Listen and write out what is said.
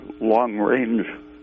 long-range